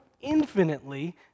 infinitely